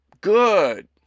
good